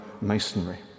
masonry